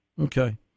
okay